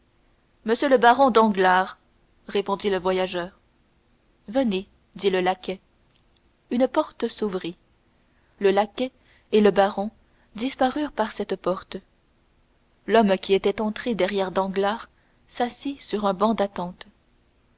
m le baron danglars répondit le voyageur venez dit le laquais une porte s'ouvrit le laquais et le baron disparurent par cette porte l'homme qui était entré derrière danglars s'assit sur un banc d'attente